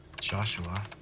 Joshua